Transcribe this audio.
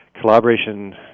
collaboration